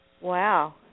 Wow